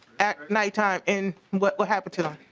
at night time and what will happen to them?